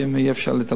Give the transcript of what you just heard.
אי-אפשר להתעלם מזה.